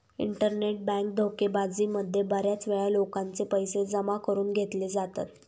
internet bank धोकेबाजी मध्ये बऱ्याच वेळा लोकांचे पैसे जमा करून घेतले जातात